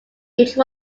each